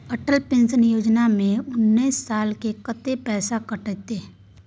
Atal pension Yojana में उनैस साल के कत्ते पैसा कटते?